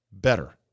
better